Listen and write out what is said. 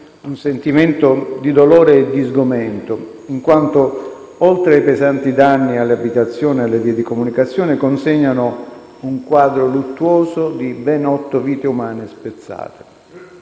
un sentimento di dolore e di sgomento in quanto, oltre ai pesanti danni alle abitazioni e alle vie di comunicazione, consegnano un quadro luttuoso di ben otto vite umane spezzate.